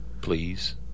Please